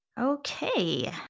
Okay